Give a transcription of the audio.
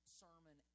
sermon